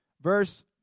verse